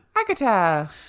Agatha